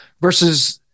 versus